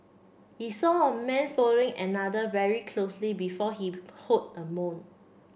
he saw a man following another very closely before he heard a moan